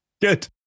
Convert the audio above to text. Good